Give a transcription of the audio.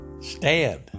stand